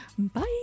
Bye